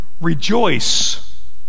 rejoice